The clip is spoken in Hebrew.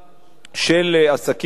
של עסקים חדשים.